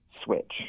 switch